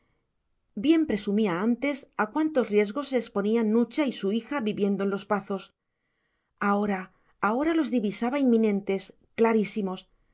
bien presumía antes a cuántos riesgos se exponían nucha y su hija viviendo en los pazos ahora ahora los divisaba inminentes clarísimos